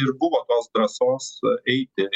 ir buvo tos drąsos eiti